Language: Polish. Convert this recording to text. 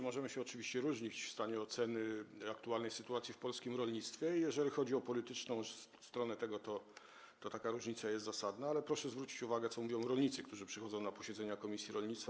Możemy się oczywiście różnić w ocenie aktualnej sytuacji w polskim rolnictwie - jeżeli chodzi o polityczną stronę tego, to taka różnica jest zasadna - ale proszę zwrócić uwagę na to, co mówią rolnicy, którzy przychodzą na posiedzenia komisji rolnictwa.